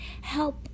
Help